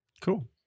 Cool